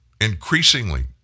increasingly